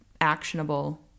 actionable